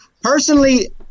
Personally